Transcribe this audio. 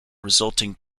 resulting